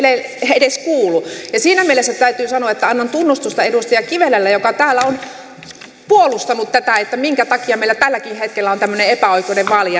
edes kuulu siinä mielessä täytyy sanoa että annan tunnustusta edustaja kivelälle joka täällä on puolustanut tätä ja kyseenalaistanut minkä takia meillä tälläkin hetkellä on tämmöinen epäoikeudenmukainen